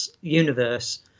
universe